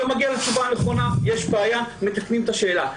אם הוא לא מגיע לתשובה הנכונה סימן שיש בעיה ומתקנים את השאלה.